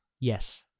yes